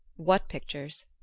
what pictures?